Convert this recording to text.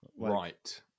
right